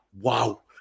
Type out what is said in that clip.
Wow